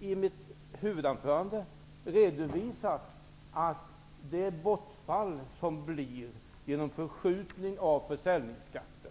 I mitt huvudanförande har jag redovisat att vi tror att skattebortfallet som blir genom en förskjutning av försäljningsskatten